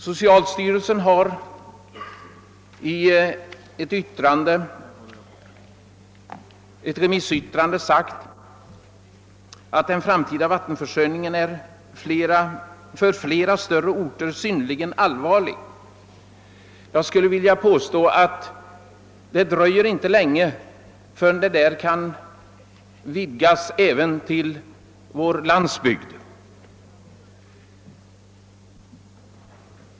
Socialstyrelsen har i ett remissyttrande sagt att den framtida vattenförsörjningen för flera större orter är synnerligen allvarlig. Jag skulle vilja påstå att det inte dröjer länge förrän det kan gälla även vår landsbygd.